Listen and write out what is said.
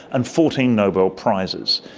and fourteen nobel prizes.